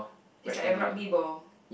it's like a rugby ball